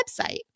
website